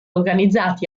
organizzati